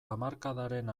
hamarkadaren